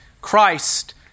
Christ